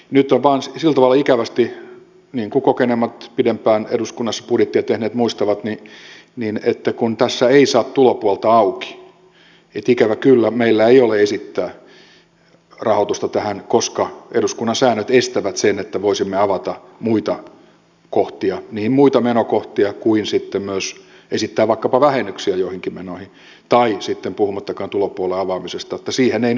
nyt on vain sillä tavalla ikävästi niin kuin kokeneemmat pidempään eduskunnassa budjettia tehneet muistavat että kun tässä ei saa tulopuolta auki ikävä kyllä meillä ei ole esittää rahoitusta tähän koska eduskunnan säännöt estävät sen että voisimme avata muita kohtia avata muita menokohtia tai sitten myöskään esittää vaikkapa vähennyksiä joihinkin menoihin tai sitten puhumattakaan tulopuolen avaamisesta joten siihen ei nyt ole mahdollisuutta